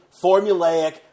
formulaic